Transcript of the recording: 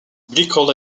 glycol